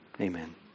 amen